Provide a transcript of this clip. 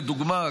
לדוגמה,